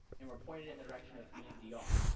and we're pointed in the direction of emdr,